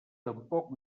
tampoc